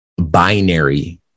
binary